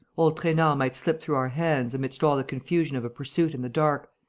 old trainard might slip through our hands, amidst all the confusion of a pursuit in the dark,